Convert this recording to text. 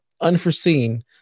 unforeseen